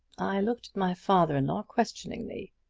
i looked at my father-in-law questioningly.